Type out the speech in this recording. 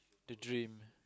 the dream